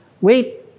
wait